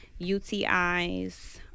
UTIs